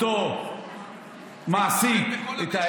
ובמקום להטיל על אותו מעסיק, זה יתפשט לכל המשק.